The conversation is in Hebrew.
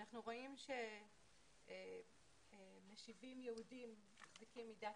אנחנו רואים שמשיבים יהודים מחזיקים מידת